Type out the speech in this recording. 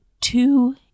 two